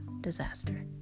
disaster